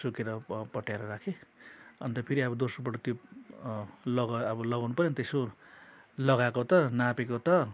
सुकेर पट्याएर राखेँ अन्त फेरि अब दोस्रो पटक त्यो लग अब लगाउनु पर्यो नि यसो लगाएको त नापेको त